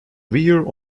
rear